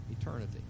Eternity